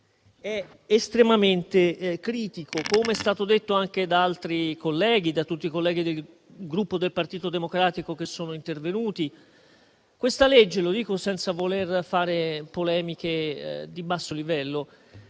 è estremamente critico. Come è stato detto anche da altri colleghi e da tutti i senatori del Gruppo Partito Democratico che sono intervenuti, quella in esame - lo dico senza voler fare polemiche di basso livello